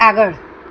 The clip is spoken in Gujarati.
આગળ